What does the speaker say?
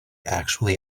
actually